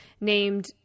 named